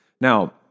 Now